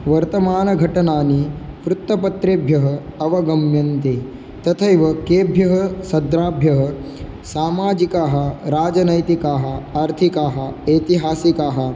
वर्तमानघटनानि वृत्तपत्रेभ्यः अवगम्यन्ते तथैव केभ्यः सत्रेभ्यः सामाजिकाः राजनैतिकाः आर्थिकाः ऐतिहासिकाः